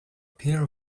pair